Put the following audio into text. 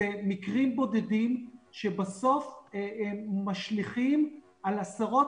זה מקרים בודדים שבסוף משליכים על עשרות